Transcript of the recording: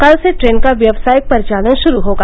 कल से ट्रेन का व्यावसायिक परिचालन श्रू होगा